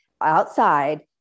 outside